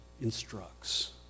instructs